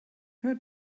her